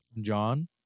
John